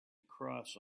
across